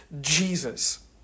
Jesus